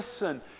listen